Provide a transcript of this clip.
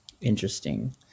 interesting